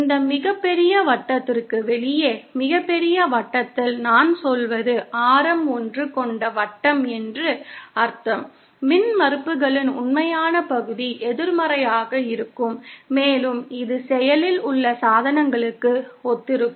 இந்த மிகப் பெரிய வட்டத்திற்கு வெளியே மிகப்பெரிய வட்டத்தில் நான் சொல்வது ஆரம் 1 கொண்ட வட்டம் என்று அர்த்தம் மின்மறுப்புகளின் உண்மையான பகுதி எதிர்மறையாக இருக்கும் மேலும் இது செயலில் உள்ள சாதனங்களுக்கு ஒத்திருக்கும்